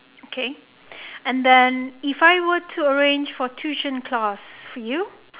okay and then if I were to arrange for tuition class for you